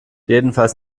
jedenfalls